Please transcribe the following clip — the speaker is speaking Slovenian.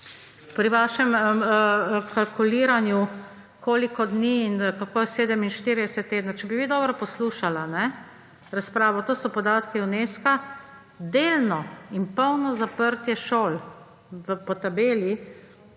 pri kalkuliranju koliko dni, kako je 47 tednov. Če bi vi dobro poslušali razpravo, to so podatki Unesca, delno in polno zaprtje šol po tabeli